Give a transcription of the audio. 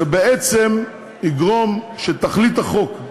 זה בעצם יגרום שתכלית החוק,